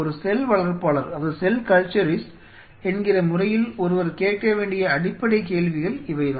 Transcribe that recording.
ஒரு செல் வளர்ப்பாளர் என்கிற முறையில் ஒருவர் கேட்கவேண்டிய அடிப்படைக் கேள்விகள் இவைதான்